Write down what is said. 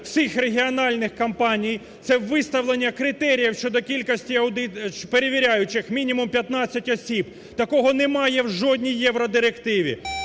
всіх регіональних компаній, це виставлення критеріїв щодо кількості перевіряючих, мінімум 15 осіб. Такого немає в жодній євродирективі.